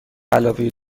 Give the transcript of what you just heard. علاوه